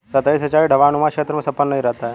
सतही सिंचाई ढवाऊनुमा क्षेत्र में सफल नहीं रहता है